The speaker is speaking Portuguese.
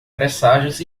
presságios